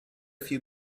few